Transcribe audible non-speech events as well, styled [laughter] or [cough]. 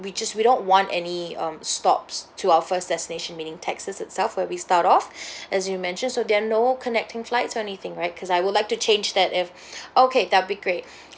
we just we don't want any um stops to our first destination meaning texas itself where we start off [breath] as you mentioned so there are no connecting flights or anything right because I would like to change that if [breath] okay that'd be great